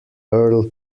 earl